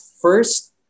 first